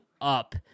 up